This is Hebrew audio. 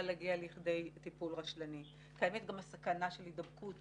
להגיע לכדי טיפול רשלני וגם סכנה להידבקות